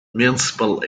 municipal